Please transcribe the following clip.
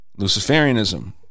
luciferianism